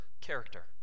character